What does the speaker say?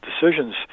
decisions